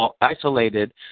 isolated